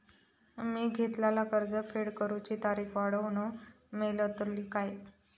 मी घेतलाला कर्ज फेड करूची तारिक वाढवन मेलतली काय?